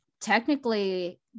technically